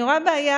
אני רואה בעיה,